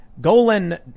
Golan